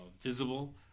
visible